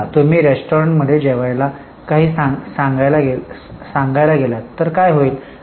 समजा तुम्ही रेस्टॉरंट मध्ये जेवायला काही सांगायला गेलात तर काय होईल